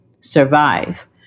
survive